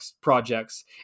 projects